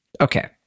Okay